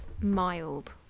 mild